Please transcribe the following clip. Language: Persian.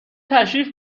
تشریف